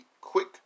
quick